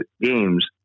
games